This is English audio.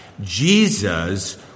Jesus